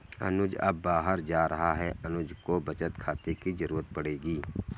अनुज अब बाहर जा रहा है अनुज को बचत खाते की जरूरत पड़ेगी